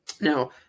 now